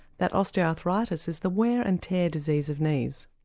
that osteoarthritis is the wear and tear disease of knees.